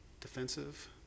defensive